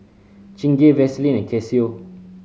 Chingay Vaseline and Casio